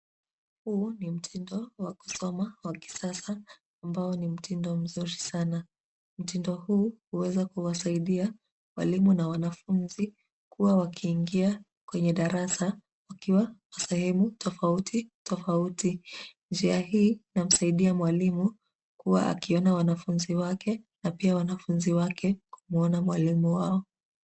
Huu ni mtindo wa kusoma wa kisasa ambao ni mtindo mzuri sana. Mtindo huu huweza kuwasaidia walimu na wanafunzi kuwa wakiingia kwenye darasa wakiwa kwa sehemu tofauti tofauti. Njia hii inamsaidia mwalimu kuwa akiona wanafunzi wake na pia wanafunzi wake kumuona mwalimu wao.